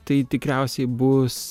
tai tikriausiai bus